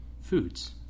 foods